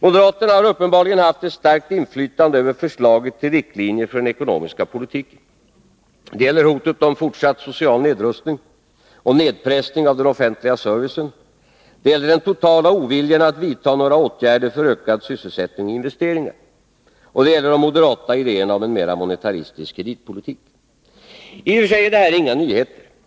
Moderaterna har uppenbarligen haft ett starkt inflytande över förslaget till riktlinjer för den ekonomiska politiken. Det gäller hotet om fortsatt social nedrustning och nedpressning av den offentliga servicen. Det gäller den totala oviljan att vidta några åtgärder för ökad sysselsättning och investeringar. Det gäller de moderata idéerna om en mera monetaristisk kreditpolitik. I och för sig är detta inga nyheter.